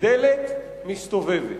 "דלת מסתובבת".